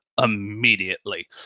immediately